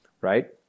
right